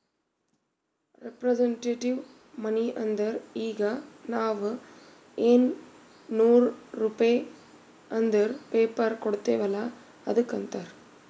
representative money ಅಂದುರ್ ಈಗ ನಾವ್ ಎನ್ ನೂರ್ ರುಪೇ ಅಂದುರ್ ಪೇಪರ್ ಕೊಡ್ತಿವ್ ಅಲ್ಲ ಅದ್ದುಕ್ ಅಂತಾರ್